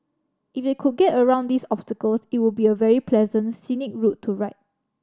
if they could get around these obstacles it would be a very pleasant scenic route to ride